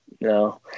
no